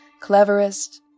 cleverest